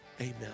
Amen